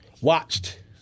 watched